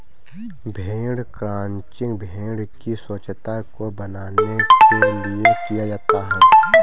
भेड़ क्रंचिंग भेड़ की स्वच्छता को बनाने के लिए किया जाता है